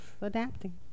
Adapting